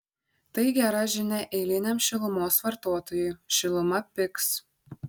tai gera žinia eiliniam šilumos vartotojui šiluma pigs